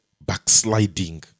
backsliding